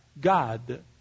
God